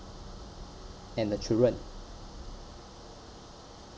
and the children